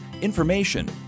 information